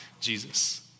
Jesus